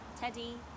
Teddy